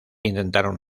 intentaron